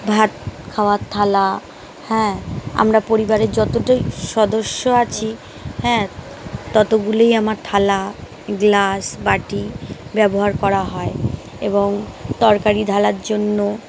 ভাত খাওয়ার থালা হ্যাঁ আমরা পরিবারের যতটাই সদস্য আছি হ্যাঁ ততোগুলিই আমার থালা গ্লাস বাটি ব্যবহার করা হয় এবং তরকারি ঢালার জন্য